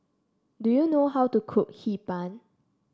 do you know how to cook Hee Pan